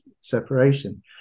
separation